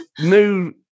new